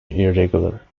irregular